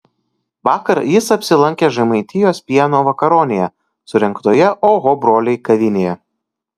vakar jis apsilankė žemaitijos pieno vakaronėje surengtoje oho broliai kavinėje